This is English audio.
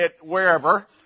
wherever